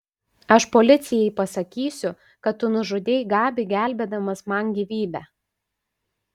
aš policijai pasakysiu kad tu nužudei gabį gelbėdamas man gyvybę